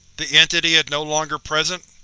the entity is no longer present?